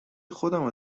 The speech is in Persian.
خودمو